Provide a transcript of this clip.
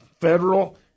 federal